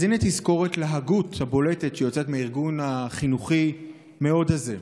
אז הינה תזכורת להגות הבולטת שיוצאת מהארגון החינוכי מאוד הזה.